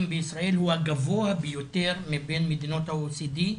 בישראל הוא הגבוה ביותר מבין מדינות ה-OECD,